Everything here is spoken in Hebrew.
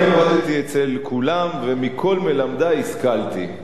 אני עבדתי אצל כולם ומכל מלמדי השכלתי.